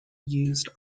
used